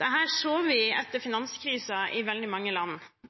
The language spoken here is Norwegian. Dette så vi etter finanskrisen i veldig mange land.